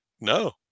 No